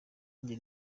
njye